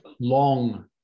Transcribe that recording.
long